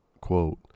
quote